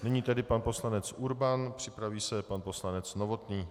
Nyní tedy pan poslanec Urban, připraví se pan poslanec Novotný.